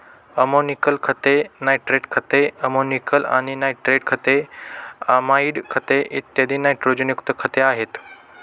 ammoniacal खते, nitrate खते, ammoniacal आणि नायट्रेट खते, अमाइड खते, इत्यादी नायट्रोजनयुक्त खते आहेत